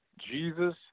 jesus